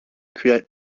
create